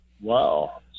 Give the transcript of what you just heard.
Wow